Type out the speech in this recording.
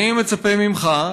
אני מצפה ממך,